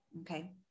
Okay